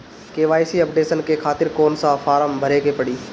KYC updation के खातिर कौन सा फारम भरे के पड़ी?